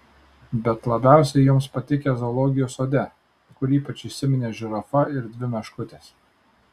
bet labiausiai joms patikę zoologijos sode kur ypač įsiminė žirafa ir dvi meškutės